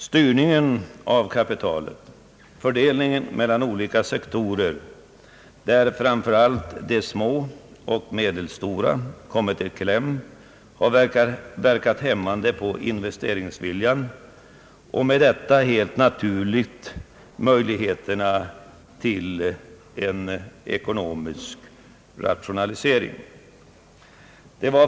Styrningen av kapitalet samt uppdelningen mellan olika sektorer, där framför allt de små och medelstora företagen har kommit i kläm, har verkat hämmande på investeringsviljan och därmed helt naturligt möjligheterna till en ekonomisk rationalisering.